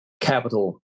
capital